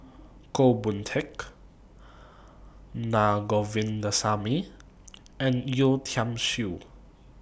Goh Boon Teck Na Govindasamy and Yeo Tiam Siew